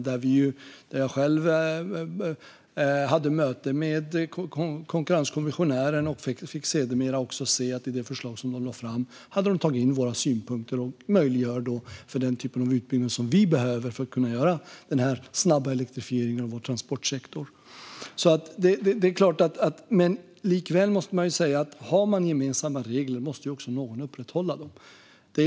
Där hade jag möte med konkurrenskommissionären och fick sedermera se att de hade tagit in våra synpunkter i de förslag som de lade fram. Det möjliggör för den typen av utbyggnad som vi behöver för den snabba elektrifieringen av vår transportsektor. Likväl, om man har gemensamma regler måste någon också upprätthålla dem.